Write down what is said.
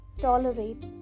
tolerate